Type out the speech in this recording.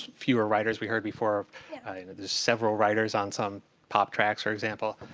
fewer writers. we heard before you know there's several writers on some pop tracks, for example.